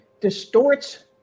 distorts